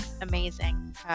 amazing